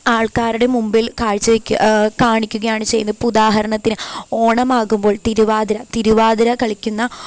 ആൾക്കാർടെ മുമ്പിൽ കാഴ്ചവെയ്ക്കുക കാണിക്കുകയാണ് ചെയ്യുന്നത് ഇപ്പോള് ഉദ്ധാഹരണത്തിന് ഓണമാകുമ്പോൾ തിരുവാതിര തിരുവാതിര കളിക്കുന്ന